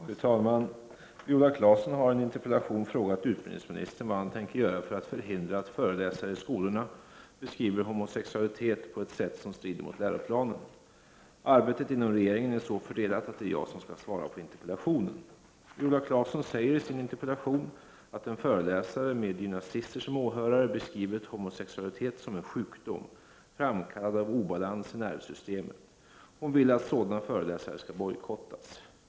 Fru talman! Viola Claesson har i en interpellation frågat utbildningsministern vad han tänker göra för att förhindra att föreläsare i skolorna beskriver homosexualitet på ett sätt som strider mot läroplanen. Arbetet inom regeringen är så fördelat att det är jag som skall svara på interpellationen. Viola Claesson säger i sin interpellation att en föreläsare med gymnasister som åhörare beskrivit homosexualitet som en sjukdom, framkallad av obalans i nervsystemet. Hon vill att sådana föreläsare skall bojkottas.